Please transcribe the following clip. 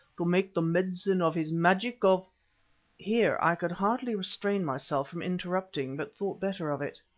to make the medicine of his magic of here i could hardly restrain myself from interrupting, but thought better of it.